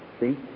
See